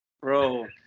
Bro